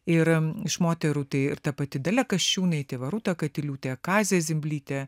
ir iš moterų tai ir ta pati dalia kaščiūnaitė va rūta katiliūtė kazė zimblytė